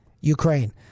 Ukraine